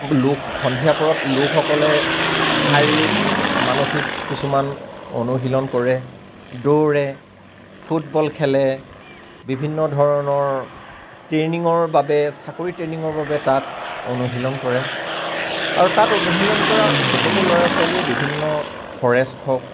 লোক সন্ধিয়া পৰত লোকসকলে শাৰীৰিক মানসিক কিছুমান অনুশীলন কৰে দৌৰে ফুটবল খেলে বিভিন্ন ধৰণৰ ট্ৰেইনিঙৰ বাবে চাকৰী ট্ৰেইনিঙৰ বাবে তাত অনুশীলন কৰে আৰু তাত অনুশীলন কৰা বহুতো ল'ৰা ছোৱালীয়ে বিভিন্ন ফৰেষ্ট হওঁক